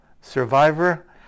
survivor